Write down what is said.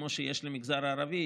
כמו שיש למגזר הערבי,